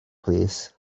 plîs